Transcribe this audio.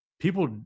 People